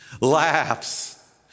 laughs